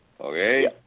Okay